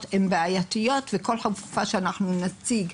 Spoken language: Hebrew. הן בעייתיות וכל חלופה שאנחנו נציג,